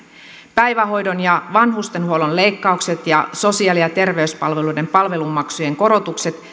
päivähoidon ja vanhustenhuollon leikkaukset ja sosiaali ja terveyspalveluiden palvelumaksujen korotukset